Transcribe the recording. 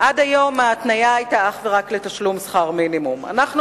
עד היום ההתניה היתה אך ורק לעמידה בתשלום שכר מינימום כחוק.